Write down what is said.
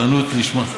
זאת גזענות לשמה.